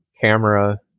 camera